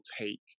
take